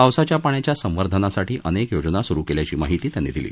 पावसाच्या पाण्याच्या संवर्धनासाठी अनेक योजना सुरू केल्याची माहिती त्यांनी दिली